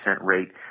rate